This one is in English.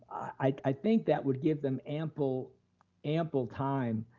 i think that would give them ample ample time.